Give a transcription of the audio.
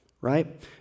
right